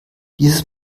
dieses